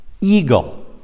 eagle